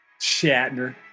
Shatner